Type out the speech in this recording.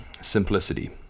simplicity